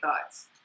thoughts